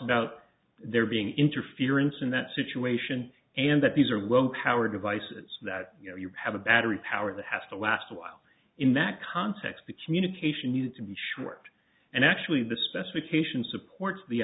about there being interference in that situation and that these are well coward devices that you know you have a battery power that has to last a while in that context the communication needs to be short and actually the specification supports the